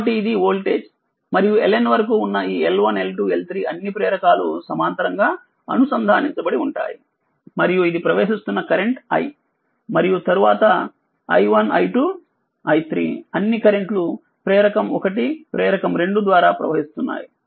కాబట్టి ఇది వోల్టేజ్ మరియు LN వరకు ఉన్న ఈ L1 L2 L3 అన్ని ప్రేరకాలు సమాంతరంగా అనుసంధానించబడి ఉంటాయి మరియు ఇది ప్రవేశిస్తున్న కరెంట్ i మరియు తరువాత i1 i2 i3 అన్నీ కరెంట్ లు ప్రేరకం 1 ప్రేరకం 2 ద్వారా ప్రవహిస్తున్నాయి